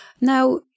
Now